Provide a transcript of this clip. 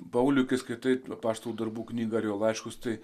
paulių kai skaitai apaštalų darbų knygą ar jo laiškus tai